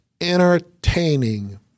entertaining